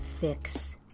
fix